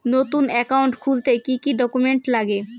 নতুন একাউন্ট খুলতে কি কি ডকুমেন্ট লাগে?